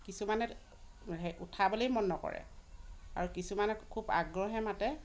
কিছুমানে উঠাবলেই মন নকৰে আৰু কিছুমানে খুব আগ্ৰহেৰে মাতে